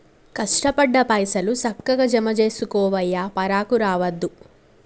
కష్టపడ్డ పైసలు, సక్కగ జమజేసుకోవయ్యా, పరాకు రావద్దు